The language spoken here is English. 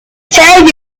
tell